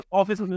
office